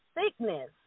sickness